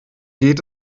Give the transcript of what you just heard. geht